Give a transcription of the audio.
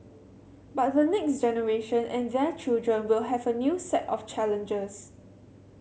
but the next generation and their children will have a new set of challenges